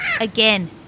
Again